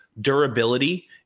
durability